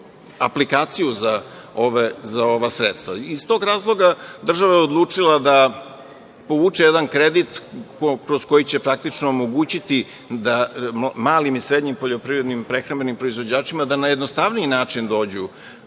aplikaciju za ova sredstva. Iz tog razloga država je odlučila da povuče jedan kredit kroz koji će, praktično, omogućiti malim i srednjim poljoprivrednim prehrambenim proizvođačima da na jednostavniji način dođu